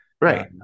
Right